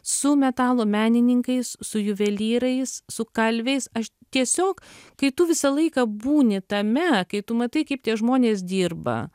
su metalo menininkais su juvelyrais su kalviais aš tiesiog kai tu visą laiką būni tame kai tu matai kaip tie žmonės dirba